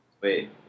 wait